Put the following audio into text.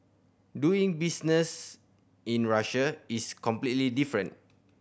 doing business in Russia is completely different